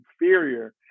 inferior